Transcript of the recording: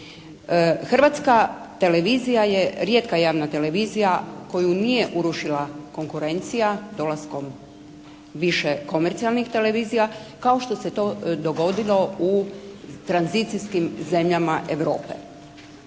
Hrvatska televizija je rijetka javna televizija koju nije urušila konkurencija dolaskom više komercijalnih televizija kao što se to dogodilo u tranzicijskim zemljama Europe,